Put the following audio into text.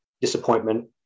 disappointment